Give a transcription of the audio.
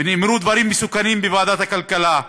ונאמרו דברים מסוכנים בוועדת הכלכלה,